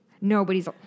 Nobody's